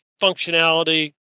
functionality